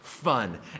fun